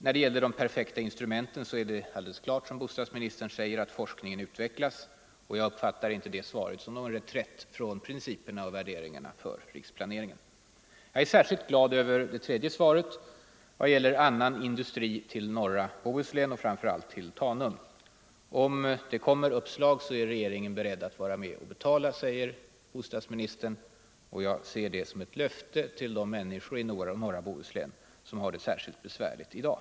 När det gäller de ”perfekta instrumenten” är det alldeles klart, som bostadsministern säger, att forskningen utvecklas. Jag uppfattar inte det svaret som någon reträtt från principerna och värderingarna för riksplaneringen. Jäg är särskilt glad över det tredje svaret beträffande annan industri i norra Bohuslän och framför allt till Tanum. Om det kommer uppslag är regeringen beredd att vara med och betala, säger bostadsministern. Jag ser det som ett löfte till de människor i norra Bohuslän som har det särskilt besvärligt i dag.